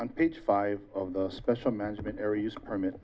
and page five of the special management areas permit